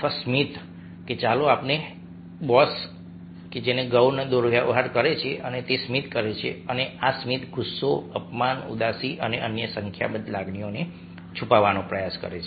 અથવા સ્મિત ચાલો કહીએ કે બોસ ગૌણને દુર્વ્યવહાર કરે છે અને તે સ્મિત કરે છે અને આ સ્મિત ગુસ્સો અપમાન ઉદાસી અને અન્ય સંખ્યાબંધ લાગણીઓને છુપાવવાનો પ્રયાસ કરે છે